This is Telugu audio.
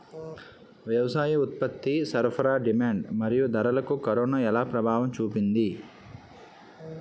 వ్యవసాయ ఉత్పత్తి సరఫరా డిమాండ్ మరియు ధరలకు కరోనా ఎలా ప్రభావం చూపింది